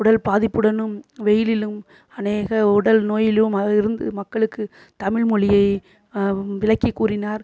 உடல் பாதிப்புடனும் வெயிலிலும் அநேக உடல் நோயிலும் அதிலிருந்து மக்களுக்கு தமிழ் மொழியை விளக்கிக் கூறினார்